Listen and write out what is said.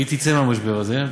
והיא תצא מהמשבר הזה,